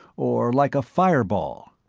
or like a fireball.